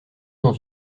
dans